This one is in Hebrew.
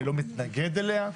אני לא מתנגד אליה.